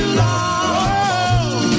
love